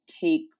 take